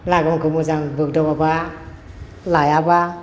लागामखौ मोजां बोग्दावाबा लायाबा